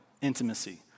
intimacy